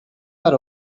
are